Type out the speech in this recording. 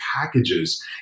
packages